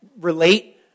relate